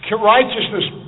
Righteousness